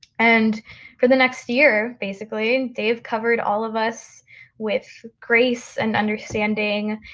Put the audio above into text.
and for the next year basically, dave covered all of us with grace and understanding,